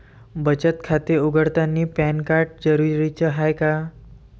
बचत खाते उघडतानी पॅन कार्ड जरुरीच हाय का?